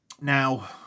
Now